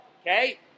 okay